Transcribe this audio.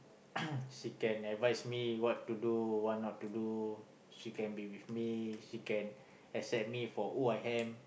she can advise me what to do what not to do she can be with me she can accept me for who I am